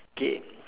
K